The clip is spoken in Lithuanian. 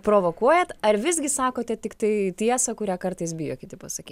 provokuojat ar visgi sakote tiktai tiesą kurią kartais bijo kiti pasaky